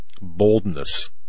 boldness